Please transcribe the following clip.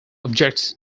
objects